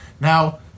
Now